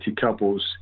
couples